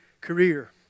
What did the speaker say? career